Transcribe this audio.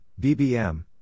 BBM